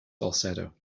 falsetto